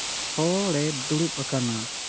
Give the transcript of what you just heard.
ᱦᱚᱲᱮ ᱫᱩᱲᱩᱵᱽ ᱟᱠᱟᱱᱟ